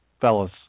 fellas